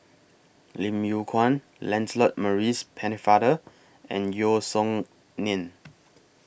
Lim Yew Kuan Lancelot Maurice Pennefather and Yeo Song Nian